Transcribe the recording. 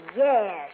yes